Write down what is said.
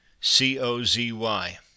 C-O-Z-Y